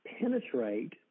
penetrate